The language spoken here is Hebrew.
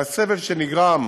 והסבל שנגרם